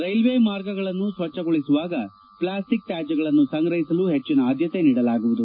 railway ಮಾರ್ಗಗಳನ್ನು ಸ್ವಚ್ಛಗೊಳಿಸುವಾಗ plastic ತ್ಯಾದ್ಯಗಳನ್ನು ಸಂಗ್ರಹಿಸಲು ಹೆಚ್ಚಿನ ಆದ್ಯತೆ ನೀಡಲಾಗುವುದು